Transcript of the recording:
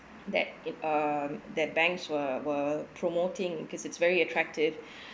that um that banks were were promoting cause it's very attractive